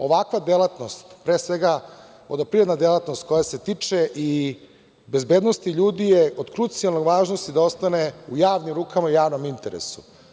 Ovakva delatnost, pre svega vodoprivredna delatnost koja se tiče i bezbednosti ljudi je od krucijalne važnosti da ostane u javnim rukama i javnom interesu.